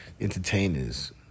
entertainers